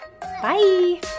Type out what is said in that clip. Bye